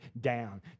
down